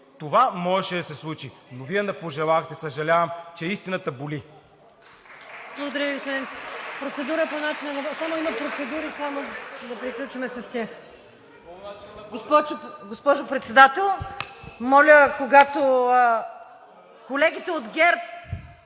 Това можеше да се случи, но Вие не го пожелахте. Съжалявам, че истината боли!